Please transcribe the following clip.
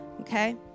okay